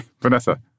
Vanessa